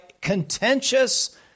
contentious